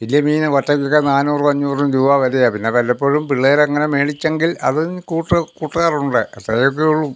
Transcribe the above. വലിയ മീന് വറ്റക്കൊക്കെ നാനൂറും അഞ്ഞൂറും ഒക്കെ വിലയാണ് പിന്നെ വല്ലപ്പോഴും പിള്ളേര് അങ്ങനെ മേടിച്ചെങ്കിൽ അത് കൂട്ടും കൂട്ടാറുണ്ട്